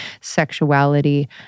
sexuality